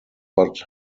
but